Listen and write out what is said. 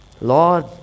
Lord